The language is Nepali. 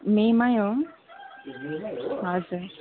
मेमै हो हजुर